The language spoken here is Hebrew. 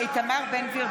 אינו נוכח גילה גמליאל,